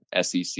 SEC